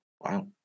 Wow